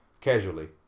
Casually